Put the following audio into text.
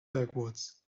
backwards